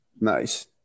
Nice